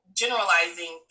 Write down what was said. generalizing